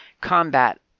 combat